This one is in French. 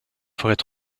forêts